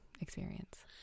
experience